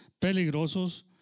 peligrosos